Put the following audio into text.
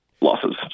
losses